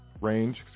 range